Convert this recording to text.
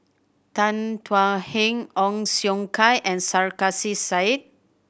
Tan Thuan Heng Ong Siong Kai and Sarkasi Said